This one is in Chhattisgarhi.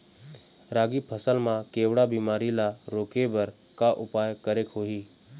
रागी फसल मा केवड़ा बीमारी ला रोके बर का उपाय करेक होही?